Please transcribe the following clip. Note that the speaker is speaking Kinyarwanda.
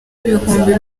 ibihumbi